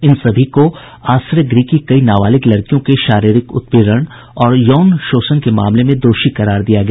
इन सभी को आश्रयगृह की कई नाबालिग लड़कियों के शारीरिक उत्पीड़न और यौन शोषण के मामले में दोषी करार दिया गया